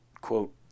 quote